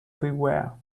beware